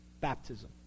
baptism